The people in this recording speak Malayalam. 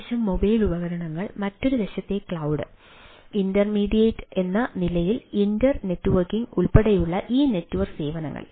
ഒരു വശത്ത് മൊബൈൽ ഉപകരണങ്ങൾ മറ്റൊരു വശത്തെ ക്ലൌഡ് ഇന്റർമീഡിയറ്റ് എന്ന നിലയിൽ ഇന്റർ നെറ്റ്വർക്കിംഗ് ഉൾപ്പെടെയുള്ള ഈ നെറ്റ്വർക്ക് സേവനങ്ങൾ